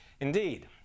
Indeed